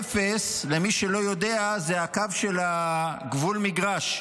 למי שלא יודע, קו אפס הוא הקו של גבול המגרש.